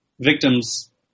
victims